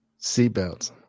Seatbelts